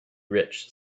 rich